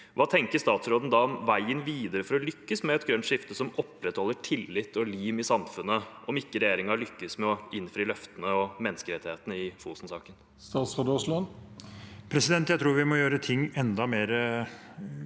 Hva tenker statsråden om veien videre for å lykkes med et grønt skifte som opprettholder tillit og lim i samfunnet, om regjeringen ikke lykkes med å innfri løftene og menneskerettighetene i Fosen-saken?